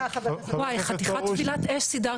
חבר הכנסת פרוש.